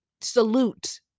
salute